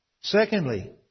Secondly